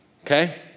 Okay